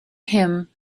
him